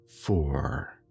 four